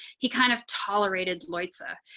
he kind of tolerated lotsa